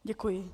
Děkuji.